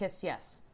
yes